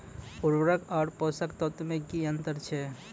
उर्वरक आर पोसक तत्व मे की अन्तर छै?